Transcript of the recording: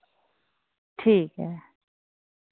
ठीक ऐ